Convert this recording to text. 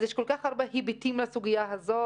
אז יש כל כך הרבה היבטים לסוגייה הזאת,